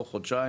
תוך חודשיים,